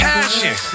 Passion